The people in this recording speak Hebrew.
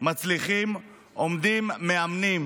מצליחים עומדים מאמנים